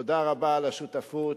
תודה רבה על השותפות,